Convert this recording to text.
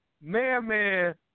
Man-Man